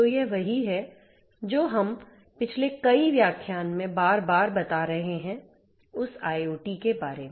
तो यह वही है जो हम पिछले कई व्याख्यान में बार बार बता रहे हैं उस IoT के बारे में